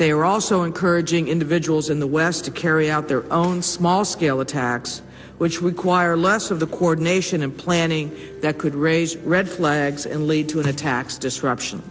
they are also encouraging individuals in the west to carry out their own small scale attacks which require less of the coordination and planning that could raise red flags and lead to attacks disruption